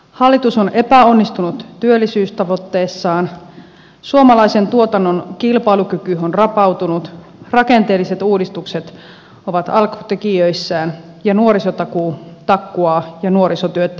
hallitus on epäonnistunut työllisyystavoitteessaan suomalaisen tuotannon kilpailukyky on rapautunut rakenteelliset uudistukset ovat alkutekijöissään nuorisotakuu takkuaa ja nuorisotyöttömyys kasvaa